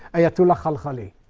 ayatollah khalkhali.